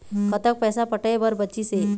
कतक पैसा पटाए बर बचीस हे?